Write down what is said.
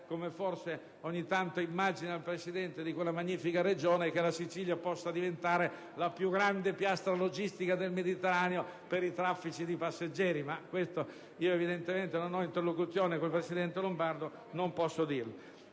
come forse ogni tanto immagina il Presidente di quella magnifica Regione, che la Sicilia possa diventare la più grande piastra logistica del Mediterraneo per i traffici di passeggeri. Evidentemente, però, io non ho interlocuzione con il presidente Lombardo e non posso fare